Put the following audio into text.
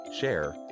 share